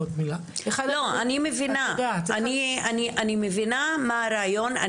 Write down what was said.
אני מבינה מה הרעיון.